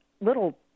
little